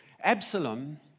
Absalom